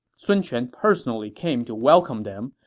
sun quan personally came to welcome them.